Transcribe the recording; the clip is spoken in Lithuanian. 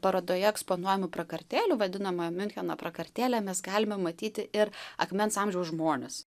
parodoje eksponuojamų prakartėlių vadinamoje miuncheno prakartėlė mes galime matyti ir akmens amžiaus žmones